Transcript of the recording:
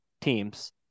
teams